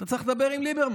אתה צריך לדבר עם ליברמן